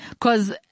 Cause